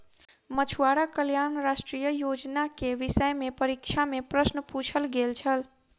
मछुआरा कल्याण राष्ट्रीय योजना के विषय में परीक्षा में प्रश्न पुछल गेल छल